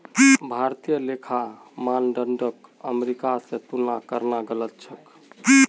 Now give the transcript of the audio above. भारतीय लेखा मानदंडक अमेरिका स तुलना करना गलत छेक